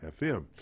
FM